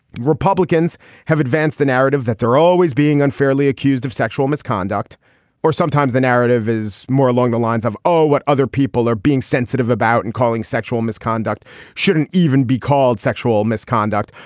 republicans have advanced the narrative that they're always being unfairly accused of sexual misconduct or sometimes the narrative is more along the lines of oh what other people are being sensitive about and calling sexual misconduct shouldn't even be called sexual misconduct.